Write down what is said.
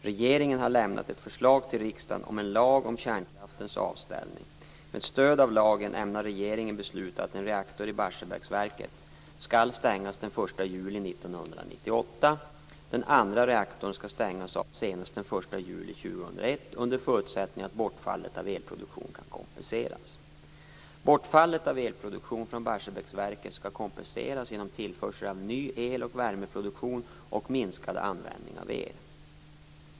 Regeringen har lämnat ett förslag till riksdagen om en lag om kärnkraftens avställning. Med stöd av lagen ämnar regeringen besluta att en reaktor i Barsebäcksverket skall stängas den 1 juli 1998. Den andra reaktorn skall stängas av senast den 1 juli 2001 under förutsättning att bortfallet av elproduktion kan kompenseras. Bortfallet av elproduktion från Barsebäcksverket skall kompenseras genom tillförsel av ny el och värmeproduktion och minskad användning av el.